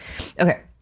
Okay